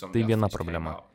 tai viena problema